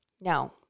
Now